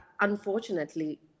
Unfortunately